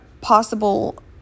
possible